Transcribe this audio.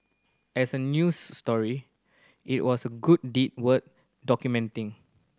as a news story it was a good deed worth documenting